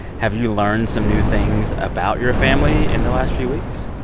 have you learned some new things about your family in the last few weeks?